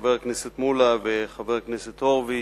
חבר הכנסת מולה וחבר הכנסת הורוביץ,